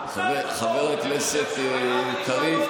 חבר הכנסת קריב,